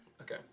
Okay